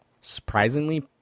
surprisingly